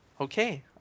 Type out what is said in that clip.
okay